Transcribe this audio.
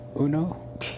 uno